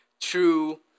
true